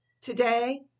Today